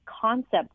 concept